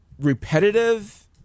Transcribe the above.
repetitive